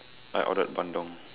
I ordered Bandung